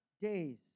days